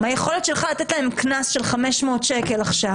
היכולת שלך לתת להם קנס של 500 שקל עכשיו